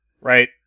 right